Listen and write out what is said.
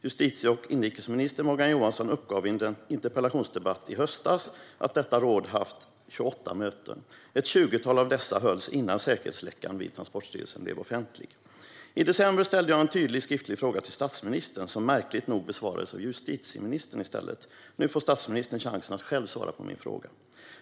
Justitie och inrikesminister Morgan Johansson uppgav i en interpellationsdebatt i höstas att detta råd haft 28 möten. Ett tjugotal av dessa hölls innan säkerhetsläckan på Transportstyrelsen blev offentlig. I december ställde jag en tydlig skriftlig fråga till statsministern som märkligt nog besvarades av justitieministern i stället. Nu får statsministern chansen att själv svara på min fråga.